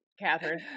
Catherine